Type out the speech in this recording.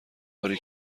باری